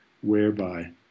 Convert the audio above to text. whereby